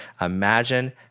Imagine